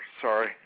Sorry